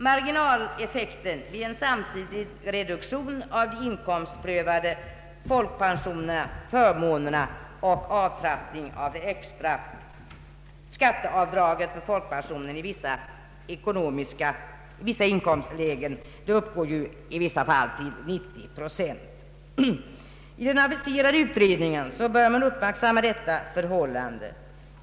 Marginaleffekten vid en samtidig reduktion av de inkomstprövade folkpensionsförmånerna och avtrappning av det extra skatteavdraget för folkpensionärer i vissa inkomstlägen uppgår i en del fall till 90 procent. I den aviserade utredningen bör man uppmärksamma detta förhållande.